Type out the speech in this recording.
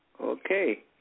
Okay